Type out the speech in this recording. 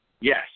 yes